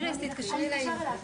שנחתם במסגרת הסכם שכר בין הגוף היציג,